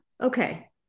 Okay